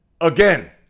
again